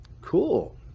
Cool